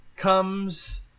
comes